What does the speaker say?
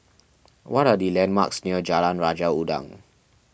what are the landmarks near Jalan Raja Udang